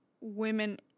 women